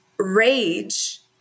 rage